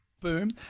Boom